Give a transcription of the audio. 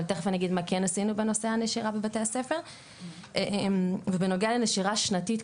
תיכף אני אגיד מה כן עשינו בנושא הנשירה בבתי הספר ובנוגע לנשירה שנתית,